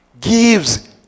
gives